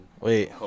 wait